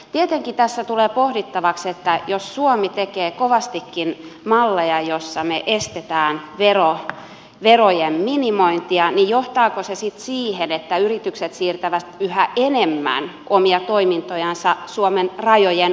tietenkin tässä tulee pohdittavaksi että jos suomi tekee kovastikin malleja joissa me estämme verojen minimointia niin johtaako se sitten siihen että yritykset siirtävät yhä enemmän omia toimintojansa suomen rajojen ulkopuolelle